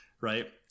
right